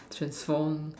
transform